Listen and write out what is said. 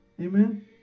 amen